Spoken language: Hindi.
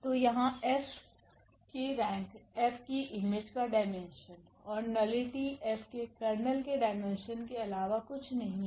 तो यहाँ𝐹की रैंक F की इमेज का डाईमेन्शन और नलिटी F के कर्नेल के डाईमेन्शन के अलावा कुछ नहीं है